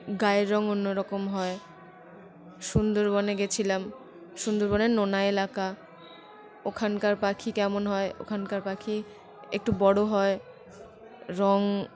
গায়ের রঙ অন্য রকম হয় সুন্দরবনে গিয়েছিলাম সুন্দরবনের নোনা এলাকা ওখানকার পাখি কেমন হয় ওখানকার পাখি একটু বড় হয় রঙ